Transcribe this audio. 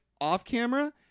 off-camera